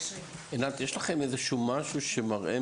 טבעי בקיץ יש הרבה יותר טביעות,